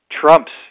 trumps